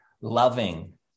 loving